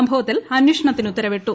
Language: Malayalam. സംഭവത്തിൽ അന്വേഷണത്തിന് ഉത്തരവിട്ടു